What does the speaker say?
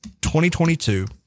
2022